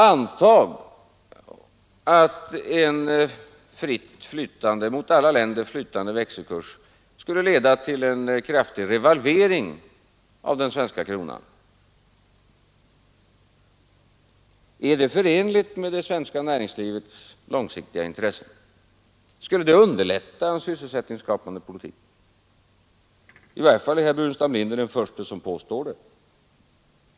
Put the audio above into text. Antag att en mot alla länder fritt flytande växelkurs skulle leda till en kraftig revalvering av den svenska kronan. Är det förenligt med det svenska näringslivets långsiktiga intressen? Skulle det underlätta en sysselsättningsskapande politik? I varje fall är herr Burenstam Linder den förste som påstår det.